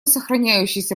сохраняющейся